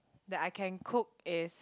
that I can cook is